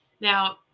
Now